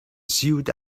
sewed